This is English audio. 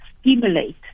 stimulate